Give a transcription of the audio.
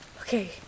Okay